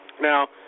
Now